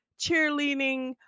cheerleading